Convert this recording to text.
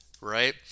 right